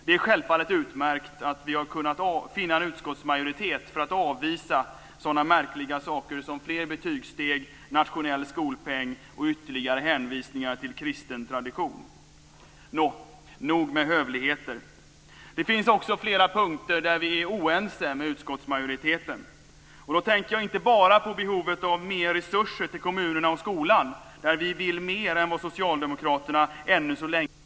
Det är självfallet utmärkt att vi har kunnat finna en utskottsmajoritet för att avvisa sådana märkliga saker som fler betygssteg, nationell skolpeng och ytterligare hänvisningar till kristen tradition. Nog med hövligheter. Det finns också flera punkter där vi är oense med utskottsmajoriteten. Då tänker jag inte bara på behovet av mer resurser till kommunerna och skolan. Där vill vi mer än vad Socialdemokraterna än så länge lyckats gå med på.